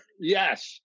Yes